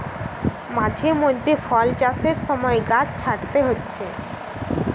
মাঝে মধ্যে ফল চাষের সময় গাছ ছাঁটতে হচ্ছে